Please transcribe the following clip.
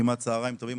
כמעט צוהריים טובים.